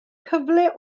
cyfle